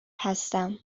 هستم